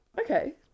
Okay